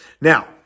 Now